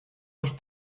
nach